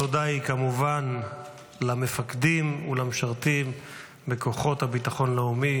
התודה היא כמובן למפקדים ולמשרתים בכוחות הביטחון הלאומי,